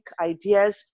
ideas